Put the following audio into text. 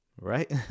right